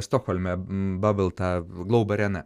stokholme bablta glaub arena